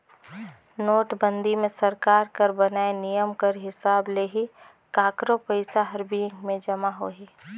नोटबंदी मे सरकार कर बनाय नियम कर हिसाब ले ही काकरो पइसा हर बेंक में जमा होही